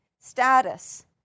status